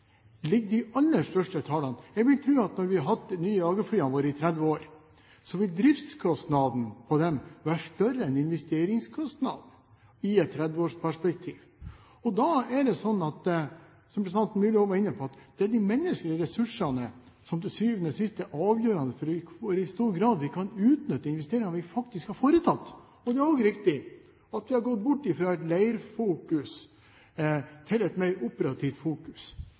de aller største tallene ligger. Jeg vil tro at når vi har hatt de nye jagerflyene våre i 30 år, vil driftskostnadene for dem være større enn investeringskostnadene – sett i et trettiårsperspektiv. Da er det, som representanten Myrli var inne på, de menneskelige ressursene som til syvende og sist er avgjørende for i hvor stor grad vi kan utnytte de investeringene vi faktisk har foretatt. Da er det riktig at vi har gått bort fra et «leirfokus» til et mer operativt fokus.